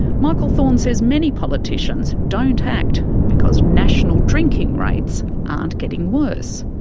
michael thorn says many politicians don't act because national drinking rates aren't getting worse.